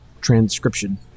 transcription